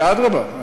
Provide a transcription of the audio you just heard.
ואדרבה,